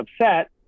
upset